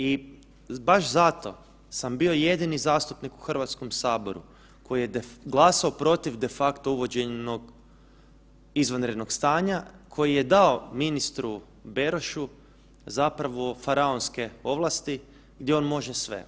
I baš zato sam bio jedini zastupnik u HS-u koji je glasao protiv, de facto uvođenog izvanrednog stanja koji je dao ministru Berošu zapravo faraonske ovlasti gdje on može sve.